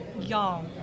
y'all